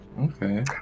Okay